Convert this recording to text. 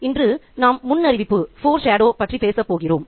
இன்று நாம் முன்னறிவிப்பு ஃபோர் ஷாடோ foreshadow பற்றி பேசப் போகிறோம்